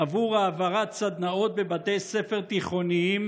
עבור העברת סדנאות בבתי ספר תיכוניים